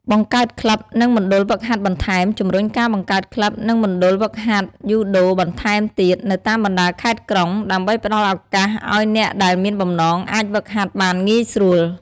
បង្កើតក្លិប និងមណ្ឌលហ្វឹកហាត់បន្ថែម ជំរុញការបង្កើតក្លិប និងមណ្ឌលហ្វឹកហាត់យូដូបន្ថែមទៀតនៅតាមបណ្តាខេត្តក្រុង ដើម្បីផ្តល់ឱកាសឲ្យអ្នកដែលមានបំណងអាចហ្វឹកហាត់បានងាយស្រួល ។